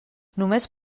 només